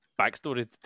backstory